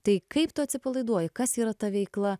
tai kaip tu atsipalaiduoji kas yra ta veikla